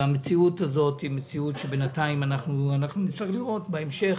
אנחנו נצטרך לראות בהמשך